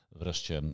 wreszcie